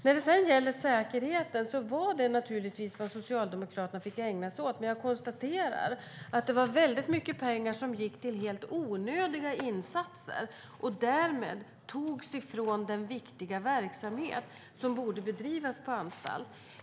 När det sedan gäller säkerheten var det vad Socialdemokraterna fick ägna sig åt. Jag konstaterar att det var väldigt mycket pengar som gick till helt onödiga insatser och därmed togs ifrån den viktiga verksamhet som borde bedrivas på anstalt.